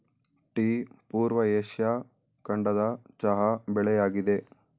tea ಪೂರ್ವ Asia ಖಂಡದ ಚಹಾ ಬೆಳೆಯಾಗಿದೆ